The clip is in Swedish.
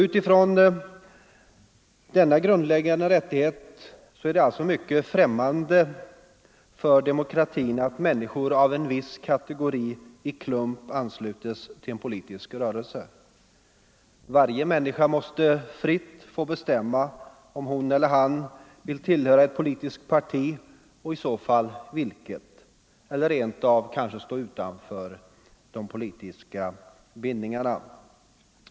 Utifrån denna grundläggande rättighet är det alltså mycket främmande för demokratin att människor av en viss kategori i klump ansluts till en politisk rörelse. Varje människa måste fritt få bestämma om hon eller han vill tillhöra ett politiskt parti, och i så fall vilket, eller kanske rent av stå utanför de politiska bindningarna.